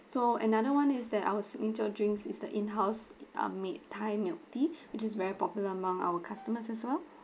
so another [one] is that our signature drinks is the in house um milk thai milk tea which is very popular among our customers as well